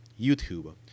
YouTube